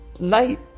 night